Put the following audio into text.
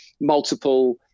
multiple